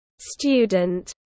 student